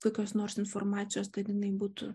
kokios nors informacijos kad jinai būtų